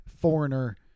Foreigner